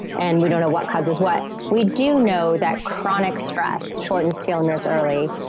and we don't know what causes what, we do know that chronic stress shortens telomeres early,